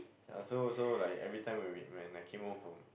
ya so so like every time when we when I came home from